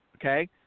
okay